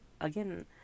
again